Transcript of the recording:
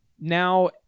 now